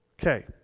Okay